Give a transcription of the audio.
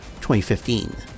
2015